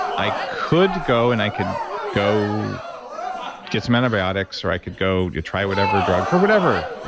i could go and i could go get some antibiotics, or i could go to try whatever drug for whatever,